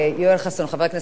חבר הכנסת יואל חסון,